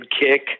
kick